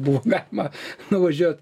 buvo galima nuvažiuot